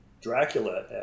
Dracula